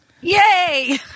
yay